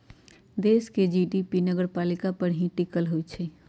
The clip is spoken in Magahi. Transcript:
देश के जी.डी.पी भी नगरपालिका पर ही टिकल होई छई